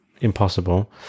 impossible